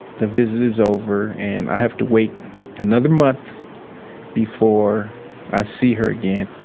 the visit is over and i have to wait another month before i see her again.